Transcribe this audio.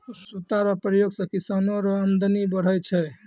सूता रो प्रयोग से किसानो रो अमदनी बढ़ै छै